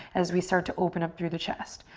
as we start to open up through the chest.